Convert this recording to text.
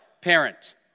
parent